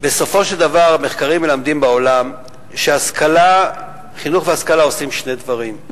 בסופו של דבר המחקרים בעולם מלמדים שחינוך והשכלה עושים שני דברים: